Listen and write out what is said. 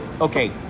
okay